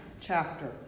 chapter